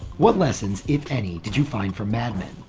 what lessons, if any, did you find from mad men?